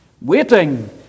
waiting